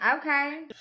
Okay